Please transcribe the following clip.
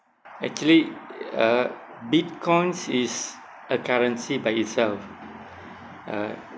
actually uh Bitcoins is a currency by itself uh